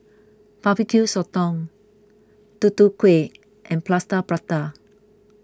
Barbecue Sotong Tutu Kueh and Plaster Prata